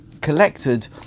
collected